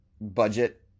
budget